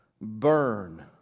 burn